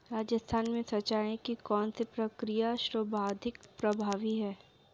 राजस्थान में सिंचाई की कौनसी प्रक्रिया सर्वाधिक प्रभावी है?